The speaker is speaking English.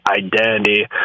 identity